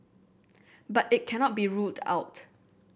but it cannot be ruled out